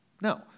No